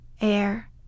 air